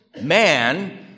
man